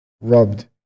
rubbed